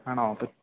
ആണോ അപ്പം